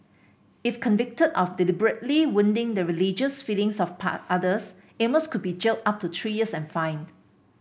if convicted of deliberately wounding the religious feelings of part others Amos could be jailed up to three years and fined